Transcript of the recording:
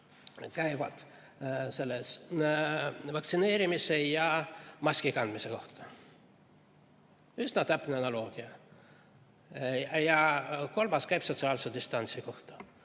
käivad vaktsineerimise ja maskikandmise kohta. Üsna täpne analoogia. Ja kolmas käib sotsiaalse distantsi kohta.